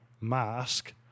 mask